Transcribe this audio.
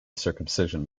circumcision